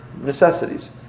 necessities